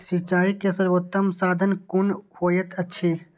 सिंचाई के सर्वोत्तम साधन कुन होएत अछि?